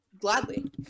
Gladly